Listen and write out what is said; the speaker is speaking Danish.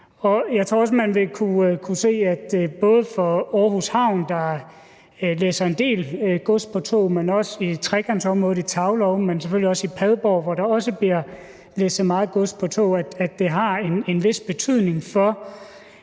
Jeg tror også, at man vil kunne se, at både for Aarhus Havn, der læsser en del gods på tog, men også for trekantsområdet i Taulov og selvfølgelig også Padborg, hvor der også bliver læsset meget gods på tog, har det en vis betydning for